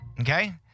Okay